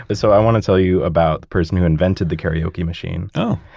but so i want to tell you about the person who invented the karaoke machine oh!